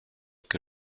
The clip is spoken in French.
que